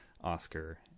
Oscar